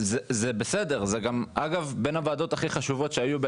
זוהי בין הוועדות הכי חשובות שהיו,